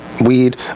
weed